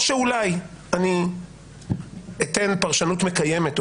או שאולי אני אתן פרשנות מקיימת לדבריך.